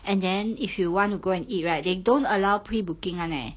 and then if you want to go and eat right they don't allow pre-booking [one] leh